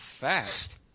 fast